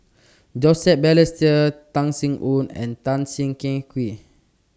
Joseph Balestier Tan Sin Aun and Tan Siah Kwee